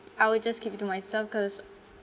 I will just keep it to myself cause